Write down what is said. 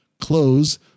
close